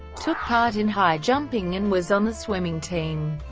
took part in high jumping and was on the swimming team.